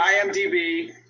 IMDb